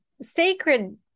sacred